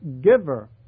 giver